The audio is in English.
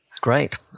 Great